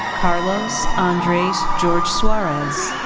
carlos andres george-suzrez.